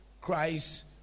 Christ